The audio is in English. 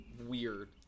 weird